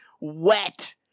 wet